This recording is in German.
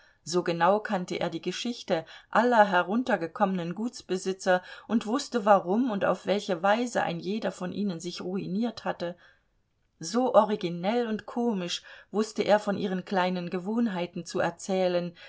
so genau kannte er die geschichte aller heruntergekommenen gutsbesitzer und wußte warum und auf welche weise ein jeder von ihnen sich ruiniert hatte so originell und komisch wußte er von ihren kleinen gewohnheiten zu erzählen